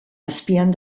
azpian